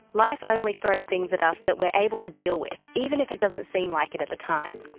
life only throws things at us that we are able to deal with even if it doesn't seem like it at the time.